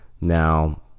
Now